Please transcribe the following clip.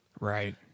right